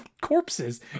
corpses